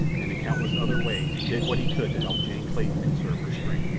and in countless other ways did what he could to help jane clayton conserve her strength.